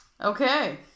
Okay